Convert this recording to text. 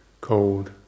cold